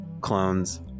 clones